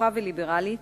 פתוחה וליברלית